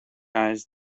eyes